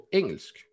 engelsk